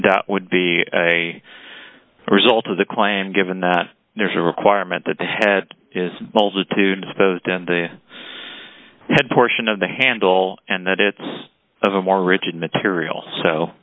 that would be a result of the claim given that there's no requirement that the head is multitude disposed in the head portion of the handle and that it's a more rigid material so